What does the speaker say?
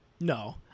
No